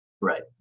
right